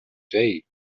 day